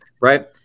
right